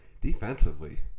Defensively